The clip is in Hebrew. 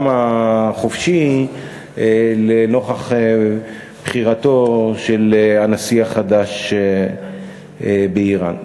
החופשי לנוכח בחירתו של הנשיא החדש באיראן.